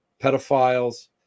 pedophiles